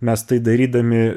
mes tai darydami